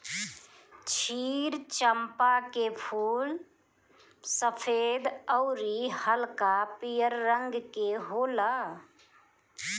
क्षीर चंपा के फूल सफ़ेद अउरी हल्का पियर रंग के होला